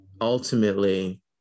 ultimately